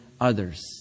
others